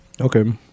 Okay